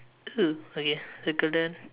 oh okay circle that